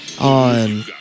on